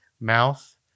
mouth